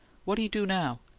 what he do now?